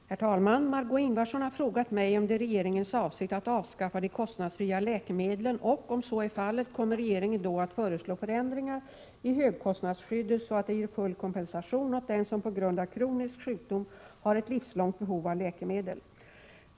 Herr talman! Margö Ingvardsson har frågat mig om det är regeringens avsikt att avskaffa de kostnadsfria läkemedlen och, om så är fallet, kommer regeringen då att föreslå förändringar i högkostnadsskyddet så att det ger full kompensation åt dem som på grund av kronisk sjukdom har ett livslångt behov av läkemedel.